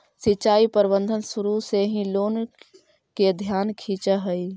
सिंचाई प्रबंधन शुरू से ही लोग के ध्यान खींचऽ हइ